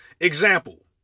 Example